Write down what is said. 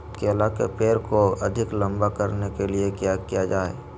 केला के पेड़ को अधिक लंबा करने के लिए किया किया जाए?